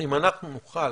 אם אנחנו נוכל